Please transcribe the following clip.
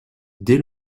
dès